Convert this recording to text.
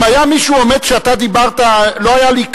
אם היה מישהו עומד כשאתה דיברת, לא היה לי קל.